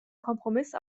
kompromiss